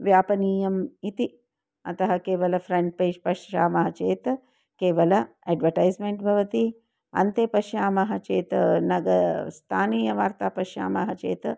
व्यापनीयम् इति अतः केवलं फ़्रन्ट् पेज् पश्यामः चेत् केवलम् एड्वटैस्मेण्ट् भवति अन्ते पश्यामः चेत् नग स्थानीयवार्ता पश्यामः चेत्